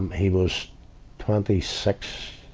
um he was twenty six,